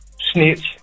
snitch